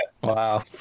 Wow